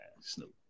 Snoop